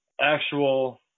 actual